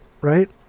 right